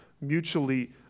mutually